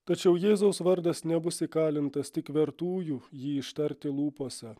tačiau jėzaus vardas nebus įkalintas tik vertųjų jį ištarti lūpose